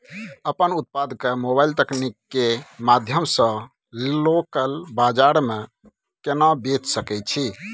अपन उत्पाद के मोबाइल तकनीक के माध्यम से लोकल बाजार में केना बेच सकै छी?